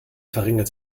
verringert